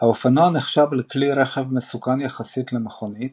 האופנוע נחשב לכלי רכב מסוכן יחסית למכונית,